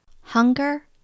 hunger